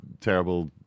terrible